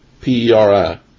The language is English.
P-E-R-I